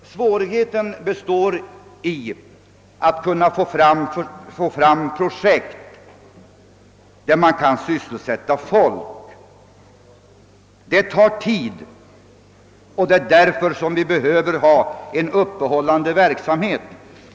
Svårigheten för oss ligger i att kunna få fram projekt som kan skapa tillräckliga och varaktiga sysselsättningsmöjligheter. Detta tar tid, och det är därför som vi behöver ha en uppehållande verksamhet.